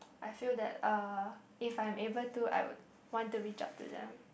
I feel that uh if I'm able to I would want to reach out to them